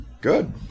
Good